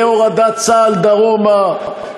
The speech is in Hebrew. בהורדת צה"ל דרומה,